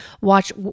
Watch